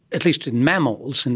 at least in mammals, and